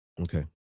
Okay